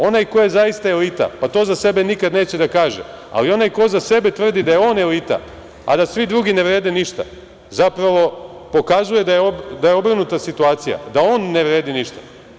Onaj ko je zaista elita, pa to za sebe nikad neće da kaže, ali onaj ko za sebe tvrdi da je on elita, a da svi drugi ne vrede ništa, zapravo pokazuje da je obrnuta situacija, da on ne vredi ništa.